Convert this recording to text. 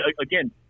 Again